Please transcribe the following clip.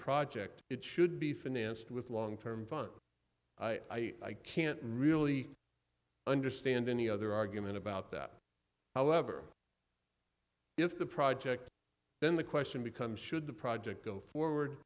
project it should be financed with long term fund i can't really understand any other argument about that however if the project then the question becomes should the project go forward